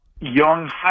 young